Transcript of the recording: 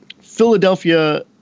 Philadelphia